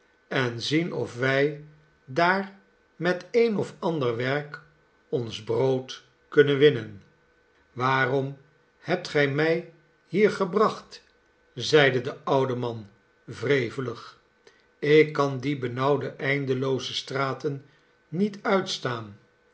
en zien of wij daar met een of ander werk ons brood kunnen winnen waarom hebt gij mij hier gebracht zeide de oude man wrevelig ik kan die benauwde eindelooze straten niet uitstaan